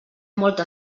molta